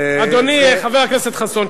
אדוני חבר הכנסת חסון,